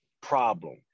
problem